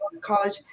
college